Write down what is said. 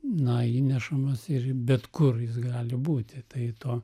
na įnešamas ir bet kur jis gali būti tai to